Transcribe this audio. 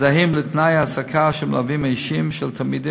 זהים לתנאי ההעסקה של המלווים האישיים של תלמידים